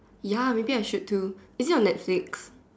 ya may be I should too is it on netflix